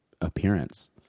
appearance